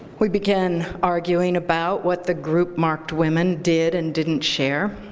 we began arguing about what the group marked women did and didn't share,